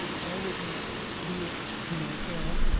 i would not do it to myself,